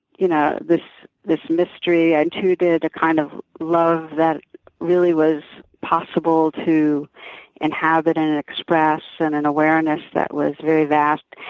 you know this this mystery, i intuited a kind of love that really was possible to inhabit and express and an awareness that was very vast.